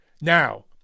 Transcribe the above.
Now